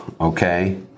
okay